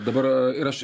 dabar ir aš